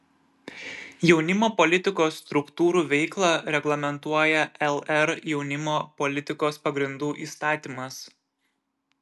jaunimo politikos struktūrų veiklą reglamentuoja lr jaunimo politikos pagrindų įstatymas